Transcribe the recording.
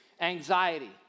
anxiety